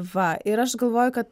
va ir aš galvoju kad